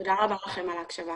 תודה רבה לכם על ההקשבה.